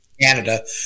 Canada